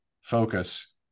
focus